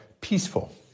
peaceful